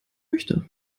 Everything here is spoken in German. möchte